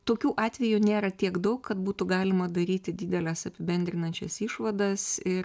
tokių atvejų nėra tiek daug kad būtų galima daryti dideles apibendrinančias išvadas ir